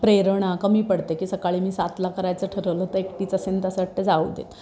प्रेरणा कमी पडते की सकाळी मी सातला करायचं ठरवलं तर एकटीच असेन तर असं वाटतं जाऊदेत